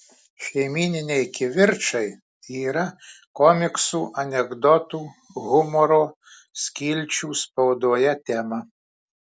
šeimyniniai kivirčai yra komiksų anekdotų humoro skilčių spaudoje tema